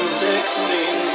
sixteen